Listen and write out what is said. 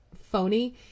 phony